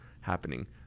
happening